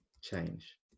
change